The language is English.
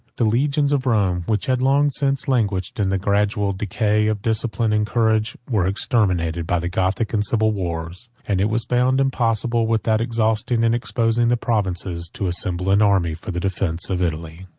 the legions of rome, which had long since languished in the gradual decay of discipline and courage, were exterminated by the gothic and civil wars and it was found impossible, without exhausting and exposing the provinces, to assemble an army for the defence of italy.